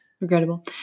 regrettable